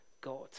God